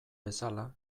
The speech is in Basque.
bezala